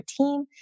team